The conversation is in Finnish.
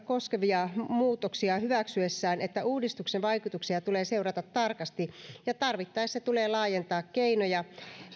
koskevia muutoksia hyväksyessään että uudistuksen vaikutuksia tulee seurata tarkasti ja tarvittaessa tulee laajentaa keinoja